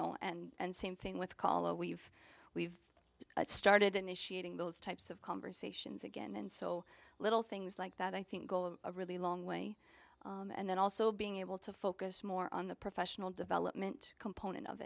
know and same thing with color we've we've started initiating those types of conversations again and so little things like that i think a really long way and then also being able to focus more on the professional development component of